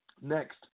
Next